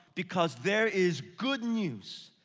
because there is good news.